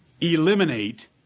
Eliminate